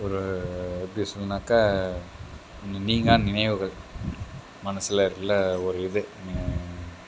ஒரு எப்படி சொல்ணும்னாக்கா நீங்காத நினைவுகள் மனசில் இருக்கிற ஒரு இது